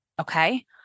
Okay